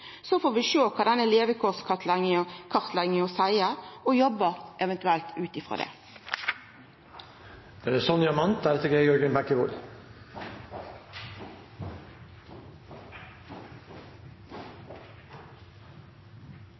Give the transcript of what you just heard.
Så får vi sjå kva denne levekårskartlegginga seier, og eventuelt jobba ut frå det.